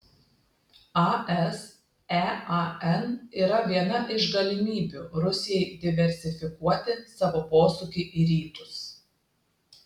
asean yra viena iš galimybių rusijai diversifikuoti savo posūkį į rytus